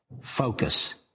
focus